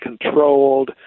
controlled